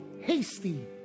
hasty